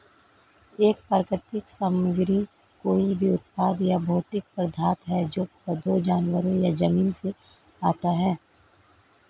एक प्राकृतिक सामग्री कोई भी उत्पाद या भौतिक पदार्थ है जो पौधों, जानवरों या जमीन से आता है